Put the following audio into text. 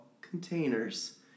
containers